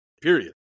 period